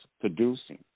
producing